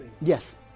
Yes